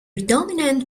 dominant